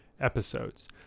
episodes